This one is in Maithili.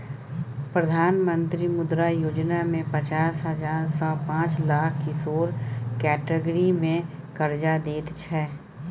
प्रधानमंत्री मुद्रा योजना मे पचास हजार सँ पाँच लाख किशोर कैटेगरी मे करजा दैत छै